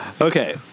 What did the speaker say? Okay